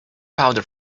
powder